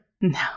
No